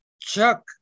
Chuck